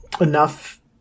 enough